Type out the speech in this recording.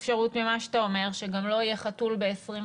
ממה שאתה אומר יש אפשרות שגם לא יהיה חתול ב-2021,